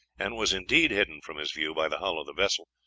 and was indeed hidden from his view by the hull of the vessel,